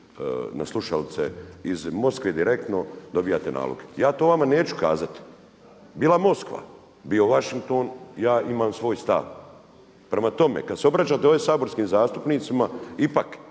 na slušalice iz Moskve direktno dobivate nalog. Ja to vama neću kazati. Bila Moskva, bio Washington, ja imam svoj stav. Prema tome, kad se obraćate ovdje saborskim zastupnicima ipak